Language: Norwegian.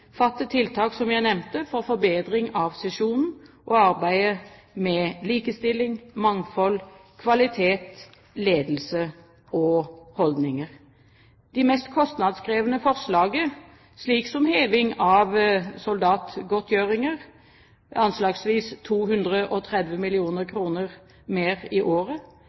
arbeidet med likestilling, mangfold, kvalitet, ledelse og holdninger. De mest kostnadskrevende forslagene, slik som heving av soldatgodtgjøringer – anslagsvis 230 mill. kr mer i året